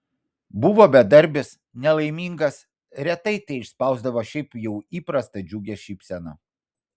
buvo bedarbis nelaimingas retai teišspausdavo šiaip jau įprastą džiugią šypseną